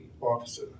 officer